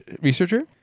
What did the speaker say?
researcher